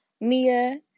Mia